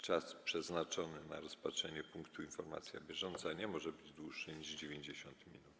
Czas przeznaczony na rozpatrzenie punktu: Informacja bieżąca nie może być dłuższy niż 90 minut.